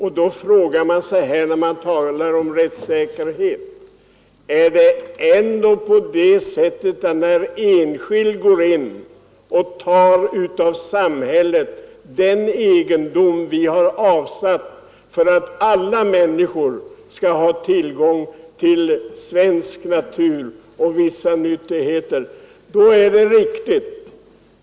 Det har talats om rättssäkerhet här. När en enskild berövar samhället egendom som vi har avsatt för att alla människor skall ha tillgång till svensk natur och vissa nyttigheter, är det riktigt.